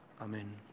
Amen